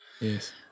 Yes